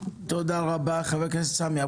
הדיון הוא